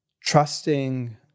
trusting